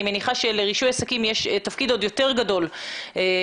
אני מניחה שלרישוי עסקים יש תפקיד עוד יותר גדול כיוון